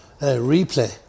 replay